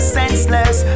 senseless